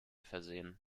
versehen